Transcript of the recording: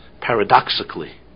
paradoxically